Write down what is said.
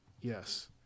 Yes